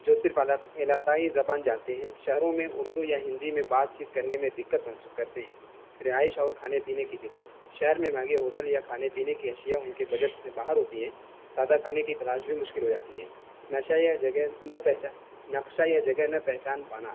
جو صرف علاقائی زبان جاتے ہیں شہروں میں اردو یا ہندی میں بات چیت کرنے میں دقت محسوس کرتے ہیں رہائش اور کھانے پینے کی دقت شہر میں منہگے ہوٹل یا کھانے پینے کی اشیاء ان کے بجٹ سے باہر ہوتی ہیں سادہ کھانے کی تلاش بھی مشکل ہو جاتی ہے نشہ یا جگہ نہ پہچان نقشہ یا جگہ نہ پہچان بانا